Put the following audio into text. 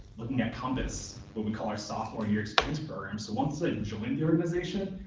looking at compass, what we call our sophomore-year experience program. so once they and join the organization,